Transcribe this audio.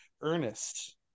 Ernest